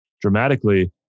dramatically